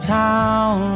town